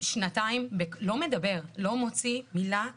שנתיים לא מדבר, לא מוציא מילה מהפה.